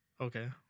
Okay